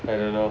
I don't know